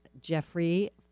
Jeffrey